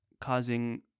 causing